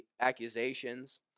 accusations